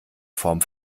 form